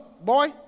boy